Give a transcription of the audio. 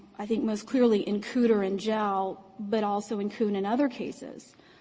i think most clearly in cooter and gell, but also in koon and other cases,